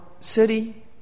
city